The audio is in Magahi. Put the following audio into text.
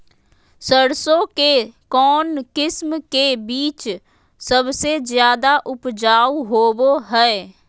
सरसों के कौन किस्म के बीच सबसे ज्यादा उपजाऊ होबो हय?